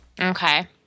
Okay